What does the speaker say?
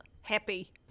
happy